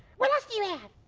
what else do you and have?